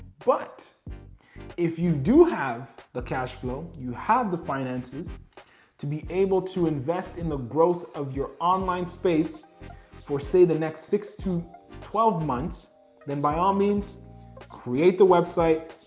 but if you do have the cashflow, you have the finances to be able to invest in the growth of your online space for say the next six to twelve months then by all um means create the website,